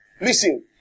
listen